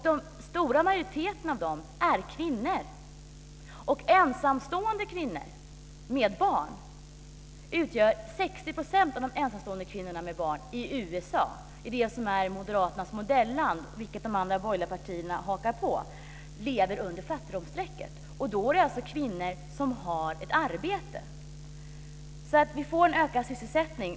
Den stora majoriteten av dem är kvinnor. 60 % av de ensamstående kvinnorna med barn i USA - i det som är moderaternas modelland, något som de andra borgerliga partierna hakar på - lever under fattigdomsstrecket. Det är kvinnor som har ett arbete, så vi får en ökad sysselsättning.